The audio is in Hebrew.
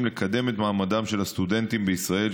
לקדם את מעמדם של הסטודנטים בישראל,